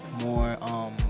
more